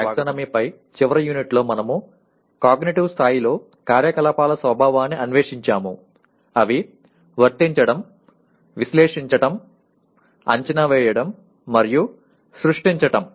taxonomy పై చివరి యూనిట్లో మనము కాగ్నిటివ్ స్థాయిలో కార్యకలాపాల స్వభావాన్ని అన్వేషించాము అవి వర్తించడం విశ్లేషించటం అంచనా వేయడం మరియు సృష్టించటం